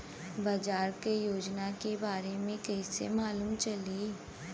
समाज के योजना के बारे में कैसे मालूम चली?